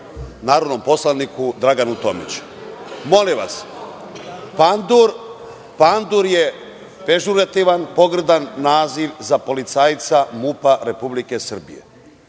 narodnom poslaniku Draganu Tomiću. Molim vas, pandur je pežorativan, pogrdan naziv za policajca MUP Republike Srbije